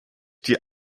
die